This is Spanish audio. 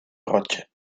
roche